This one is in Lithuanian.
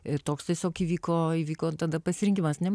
ir toks tiesiog įvyko įvyko tada pasirinkimas nemanau